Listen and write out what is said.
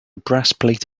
breastplate